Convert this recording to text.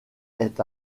est